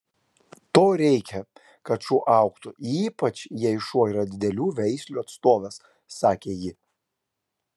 to reikia kad šuo augtų ypač jei šuo yra didelių veislių atstovas sakė ji